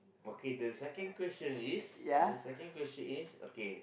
okay the second question is the second question is okay